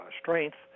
strength